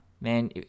man